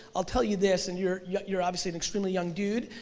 i'll tell you this, and you're yeah you're obviously an extremely young dude,